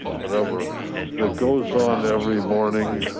whatever that goes on every morning,